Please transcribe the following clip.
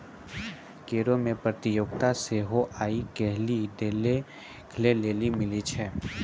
करो मे प्रतियोगिता सेहो आइ काल्हि देखै लेली मिलै छै